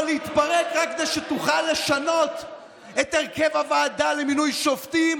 להתפרק רק כדי שתוכל לשנות את הרכב הוועדה למינוי שופטים,